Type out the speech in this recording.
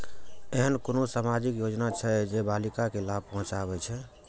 ऐहन कुनु सामाजिक योजना छे जे बालिका के लाभ पहुँचाबे छे?